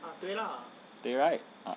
对 right ah